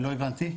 לא הבנתי.